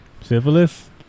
Syphilis